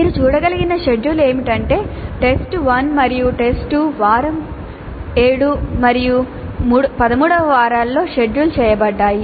మీరు చూడగలిగిన షెడ్యూల్ ఏమిటంటే టెస్ట్ 1 మరియు టెస్ట్ 2 వారం 7 మరియు 13 వ వారాలలో షెడ్యూల్ చేయబడ్డాయి